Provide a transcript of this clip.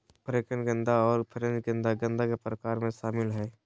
African गेंदा और French गेंदा गेंदा के प्रकार में शामिल हइ